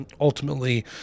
ultimately